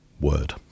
Word